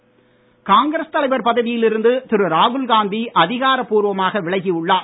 ராகுல்காந்தி காங்கிரஸ் தலைவர் பதவியில் இருந்து திரு ராகுல்காந்தி அதிகாரப்பூர்வமாக விலகி உள்ளார்